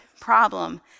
problem